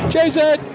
Jason